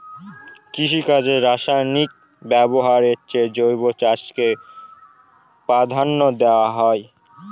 কৃষিকাজে রাসায়নিক ব্যবহারের চেয়ে জৈব চাষকে প্রাধান্য দেওয়া হয়